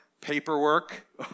paperwork